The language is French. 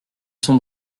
sont